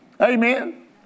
Amen